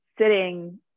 sitting